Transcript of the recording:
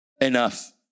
Enough